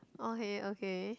okay okay